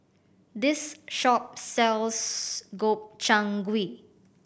this shop sells Gobchang Gui